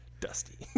dusty